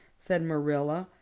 said marilla,